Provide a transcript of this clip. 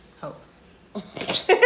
hosts